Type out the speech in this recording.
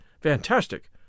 Fantastic